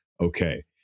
Okay